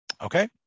Okay